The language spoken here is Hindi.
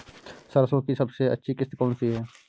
सरसो की सबसे अच्छी किश्त कौन सी है?